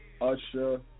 Usher